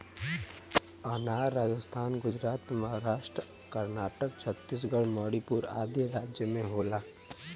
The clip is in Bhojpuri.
अनार राजस्थान गुजरात महाराष्ट्र कर्नाटक छतीसगढ़ मणिपुर आदि राज में होला